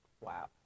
Wow